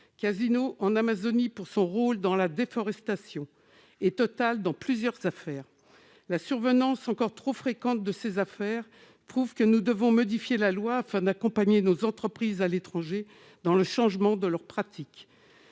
Casino, pour son rôle dans la déforestation en Amazonie ; Total, dans plusieurs affaires. La survenance encore trop fréquente de ces affaires prouve que nous devons modifier la loi afin d'accompagner nos entreprises à l'étranger dans le changement de leurs pratiques.